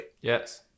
Yes